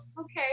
okay